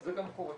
זה גם קורה.